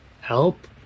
help